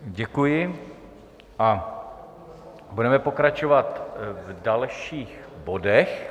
Děkuji a budeme pokračovat v dalších bodech.